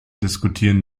diskutieren